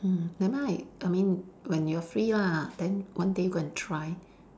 mm never mind I mean when you are free lah then one day go and try